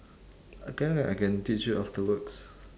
ah can ah I can teach you afterwards